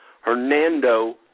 Hernando